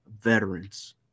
veterans